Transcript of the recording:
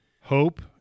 hope